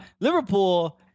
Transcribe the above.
Liverpool